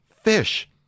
fish